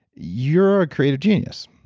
you're a creative genius.